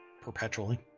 perpetually